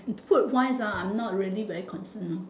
food wise ah I'm not really very concern hor